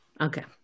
Okay